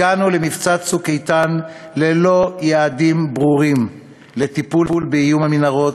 הגענו למבצע "צוק איתן" ללא יעדים ברורים לטיפול באיום המנהרות,